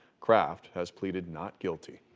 kraft has pled not guilty.